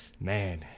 man